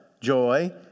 Joy